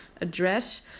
address